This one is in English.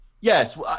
yes